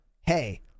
Hey